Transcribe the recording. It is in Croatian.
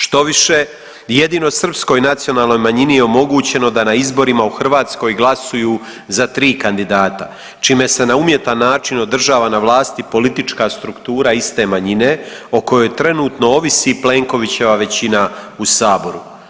Štoviše, jedino srpskoj nacionalnoj manjini je omogućeno da na izborima u Hrvatskoj glasuju za 3 kandidata čime se na umjetan način održava na vlasti politička struktura iste manjine o kojoj trenutno ovisi Plenkovićeva većina u Saboru.